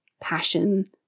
passion